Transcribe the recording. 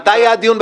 מתי היה הדיון?